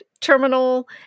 terminal